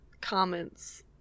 comments